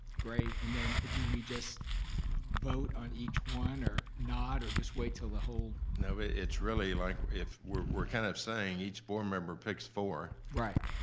great, and then do we just vote on each one or not, or just wait til the whole? no, it's really like if we're we're kind of saying each board member picks four. right.